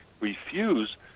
refuse